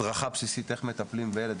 הדרכה בסיסית איך מטפלים בילד,